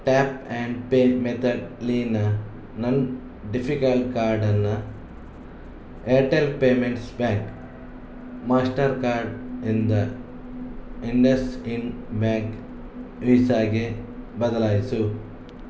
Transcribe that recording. tap and pay ಮೆಥಡ್ಲಿನ ನನ್ನ ಡಿಫಿಕಲ್ ಕಾರ್ಡನ್ನು Airtel payments bank Mastercard ಇಂದ ಇಂಡಸ್ ಇಂಡ್ ಬ್ಯಾಂಕ್ ವೀಸಾಗೆ ಬದಲಾಯಿಸು